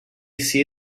see